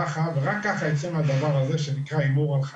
ככה ורק ככה אצא מהדבר הזה שנקרא הימור על חיי.